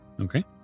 Okay